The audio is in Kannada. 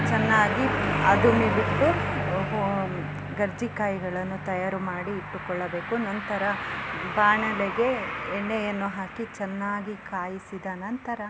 ಚೆನ್ನಾಗಿ ಅದುಮಿ ಬಿಟ್ಟು ಕರ್ಜಿ ಕಾಯಿಗಳನ್ನು ತಯಾರು ಮಾಡಿ ಇಟ್ಟುಕೊಳ್ಳಬೇಕು ನಂತರ ಬಾಣಲೆಗೆ ಎಣ್ಣೆಯನ್ನು ಹಾಕಿ ಚೆನ್ನಾಗಿ ಕಾಯಿಸಿದ ನಂತರ